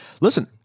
Listen